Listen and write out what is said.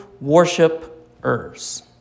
worshipers